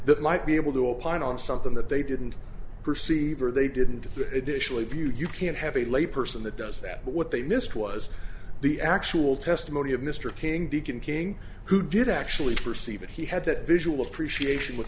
that might be able to opine on something that they didn't perceive or they didn't additionally view you can't have a layperson that does that but what they missed was the actual testimony of mr king deacon king who did actually perceive that he had that visual appreciation with